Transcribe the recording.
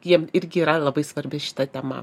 jiem irgi yra labai svarbi šita tema